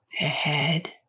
Ahead